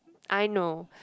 I know